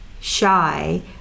shy